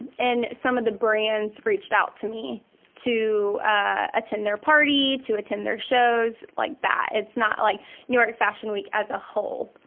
and some of the brands reached out to me to attend their party, to attend their shows, like that. it's not like new york fashion week as a whole.